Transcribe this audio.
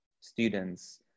students